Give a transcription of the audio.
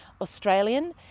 Australian